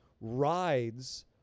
rides